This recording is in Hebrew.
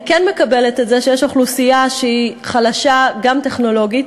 אני כן מקבלת את זה שיש אוכלוסייה שהיא חלשה גם טכנולוגית,